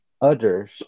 others